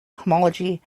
homology